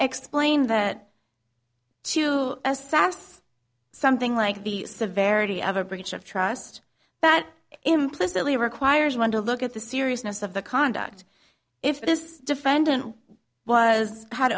explain that to a sas something like the severity of a breach of trust but implicitly requires one to look at the seriousness of the conduct if this defendant who was had